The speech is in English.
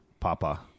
Papa